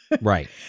Right